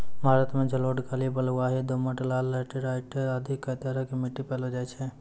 भारत मॅ जलोढ़, काली, बलुआही, दोमट, लाल, लैटराइट आदि कई तरह के मिट्टी पैलो जाय छै